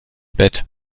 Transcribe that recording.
bett